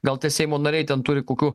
gal tie seimo nariai ten turi kokių